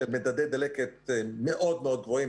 שמדדי דלת מאוד גבוהים.